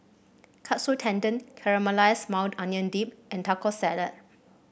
Katsu Tendon Caramelized Maui Onion Dip and Taco Salad